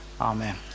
Amen